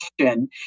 question